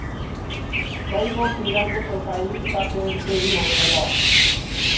कईगो कीड़ा के पोसाई त पेड़ पे ही होखेला